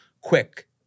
quick